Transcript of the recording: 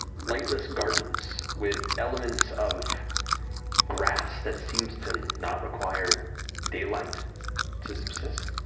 lightless gardens with elements of grass that seems to not require daylight to subsist.